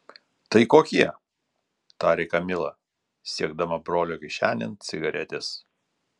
tai kokie tarė kamila siekdama brolio kišenėn cigaretės